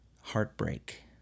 heartbreak